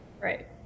Right